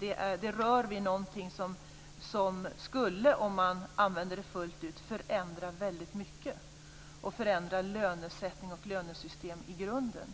Det rör vid någonting som skulle, om det användes fullt ut, förändra väldigt mycket och förändra lönesättning och lönesystem i grunden.